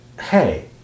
hey